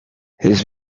his